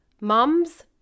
mums